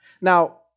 Now